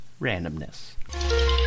Randomness